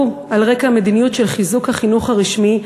על רקע מדיניות של חיזוק החינוך הרשמי,